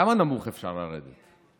כמה נמוך אפשר לרדת?